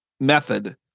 method